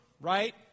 right